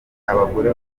abagore